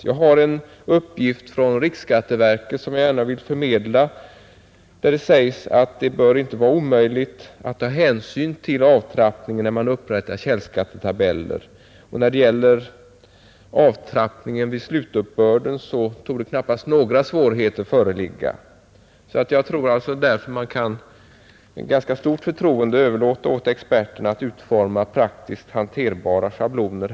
Jag har en uppgift från riksskatteverket, som jag gärna vill förmedla, där det sägs att det inte bör vara omöjligt att ta hänsyn till avtrappningen när man upprättar källskattetabeller. I fråga om avtrappningen vid slutuppbörden torde knappast några svårigheter föreligga. Jag tror därför att vi kan med ganska stort förtroende överlåta åt experterna att utforma praktiskt hanterbara schabloner.